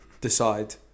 decide